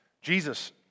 Jesus